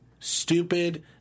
Stupid